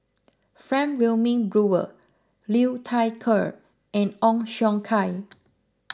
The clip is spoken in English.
Frank Wilmin Brewer Liu Thai Ker and Ong Siong Kai